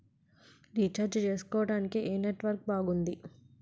Recharge చేసుకోవటానికి ఏం network బాగుంది?